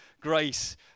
grace